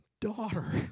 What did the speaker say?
daughter